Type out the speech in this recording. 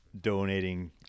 donating